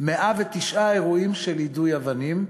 109 אירועים של יידוי אבנים.